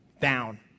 down